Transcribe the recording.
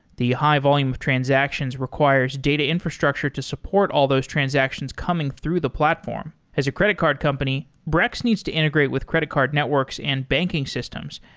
the high-volume of transactions requires data infrastructure to support all those transactions coming through the platform. as a credit card company, brex needs to integrate with credit card networks and banking systems.